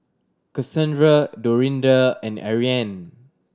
Kassandra Dorinda and Ariane